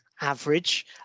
average